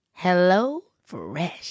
HelloFresh